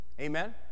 amen